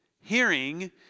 hearing